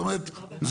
זאת אומרת זהו.